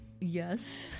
Yes